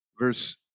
verse